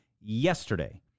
yesterday